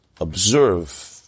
observe